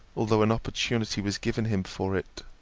although an opportunity was given him for it.